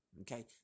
okay